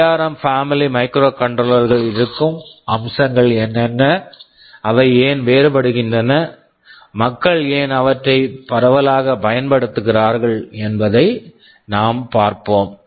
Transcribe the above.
ARM ARM family family microcontroller microcontroller களில் இருக்கும் அம்சங்கள் என்னென்ன அவை ஏன் வேறுபடுகின்றன மக்கள் ஏன் அவற்றை பரவலாகப் பயன்படுத்துகிறார்கள் என்பதை நாம் பார்ப்போம்